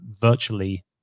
virtually